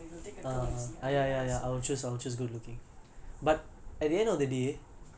அவங்களோட:avangaloda self esteem வந்து கொஞ்சம்:vanthu konjam take a toll you see other than also interest or just go